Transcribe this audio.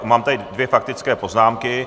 Mám tady dvě faktické poznámky.